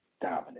dominant